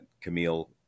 Camille